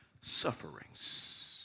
sufferings